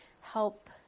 help